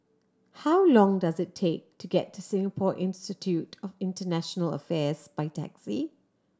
how long does it take to get to Singapore Institute of International Affairs by taxi